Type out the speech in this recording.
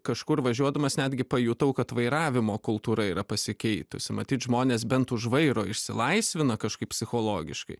kažkur važiuodamas netgi pajutau kad vairavimo kultūra yra pasikeitusi matyt žmonės bent už vairo išsilaisvina kažkaip psichologiškai